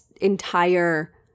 entire